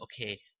okay